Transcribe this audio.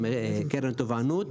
קרן תובענות,